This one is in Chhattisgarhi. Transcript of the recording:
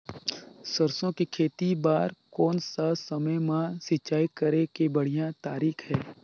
सरसो के खेती बार कोन सा समय मां सिंचाई करे के बढ़िया तारीक हे?